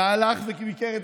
אתם מכירים את